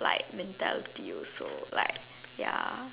like mentality also like ya